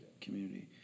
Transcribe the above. Community